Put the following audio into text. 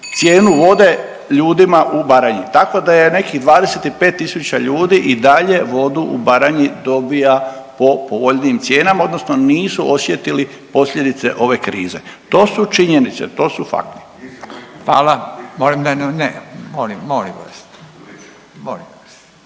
cijenu vode ljudima u Baranji, tako da je nekih 25 tisuća ljudi i dalje vodu u Baranji dobija po povoljnijim cijenama odnosno nisu osjetili posljedice ove krize, to su činjenice, to su fakti. **Radin, Furio (Nezavisni)** Hvala. Molim